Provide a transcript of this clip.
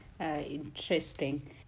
Interesting